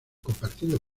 compartiendo